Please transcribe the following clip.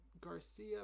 Garcia